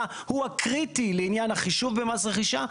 הוא הקריטי לעניין החישוב במס רכישה,